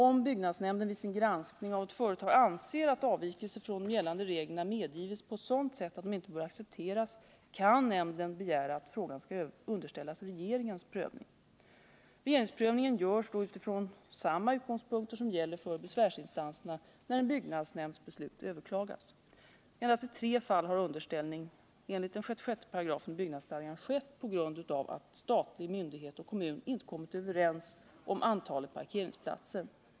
Om byggnadsnämnden vid sin granskning av ett företag anser att avvikelser från gällande regler medgivits på ett sätt som inte bör accepteras, kan nämnden begära att frågan skall underställas regeringens prövning. Regeringsprövningen görs då utifrån samma utgångspunkter som gäller för besvärsinstanserna när en byggnads Endast i tre fall har underställning enligt 66 § BS skett på grund av att statlig myndighet och kommun inte kommit överens om antalet parkeringsplatser.